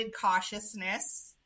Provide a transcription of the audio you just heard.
cautiousness